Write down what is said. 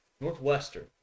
Northwestern